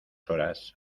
horas